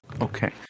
Okay